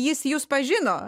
jis jus pažino